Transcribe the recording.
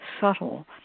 subtle